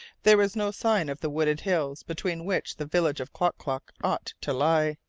there was no sign of the wooded hills between which the village of klock-klock ought to lie,